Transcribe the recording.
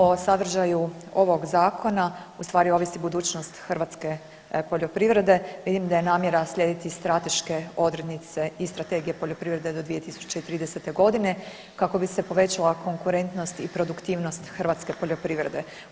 O sadržaju ovog zakona ustvari ovisi budućnost hrvatske poljoprivrede, vidim da je namjera slijediti strateške odrednice iz Strategije poljoprivrede do 2030.g. kako bi se povećala konkurentnost i produktivnost hrvatske poljoprivrede.